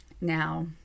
now